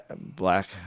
black